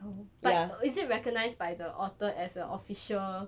oh but is it recognised by the author as a official